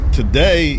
today